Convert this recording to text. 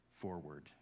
forward